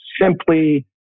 simply